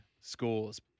scores